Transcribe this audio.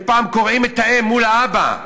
ופעם קורעים את האם מול האבא.